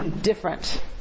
different